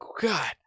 God